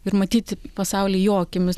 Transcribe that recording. ir matyti pasaulį jo akimis